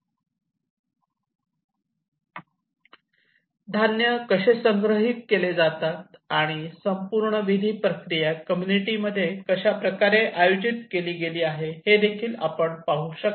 Video Start Time 1646 धान्य कसे संग्रहित केले जातात आणि संपूर्ण विधी प्रक्रिया कम्युनिटी मध्ये कशाप्रकारे आयोजित केली गेली आहे हे देखील आपण पाहू शकता